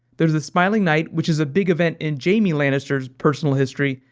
there's the smiling knight, which is a big event in jamie lannister's personal history,